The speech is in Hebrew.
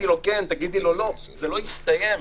זה לא יסתיים.